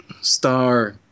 STAR